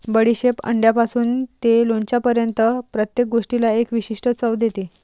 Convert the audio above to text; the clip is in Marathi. बडीशेप अंड्यापासून ते लोणच्यापर्यंत प्रत्येक गोष्टीला एक विशिष्ट चव देते